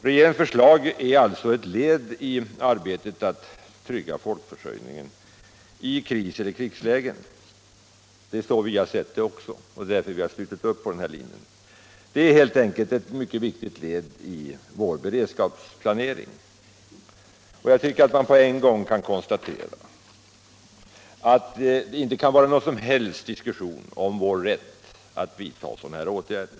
Regeringens förslag är ett led i arbetet att trygga folkförsörjningen i kris eller krigslägen. Det är så vi i centern har sett det också, och det är därför som vi har slutit upp på denna linje. Det gäller helt enkelt ett mycket viktigt led i vår beredskapsplanering. Jag tycker också att man genast skall konstatera, att det inte kan vara någon som helst diskussion om vår rätt att vidta sådana här åtgärder.